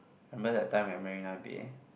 remember that time at Marina Bay